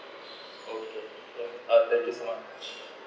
okay yes ah thank you so much